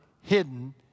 hidden